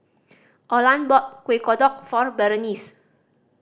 Orland brought Kuih Kodok for Berenice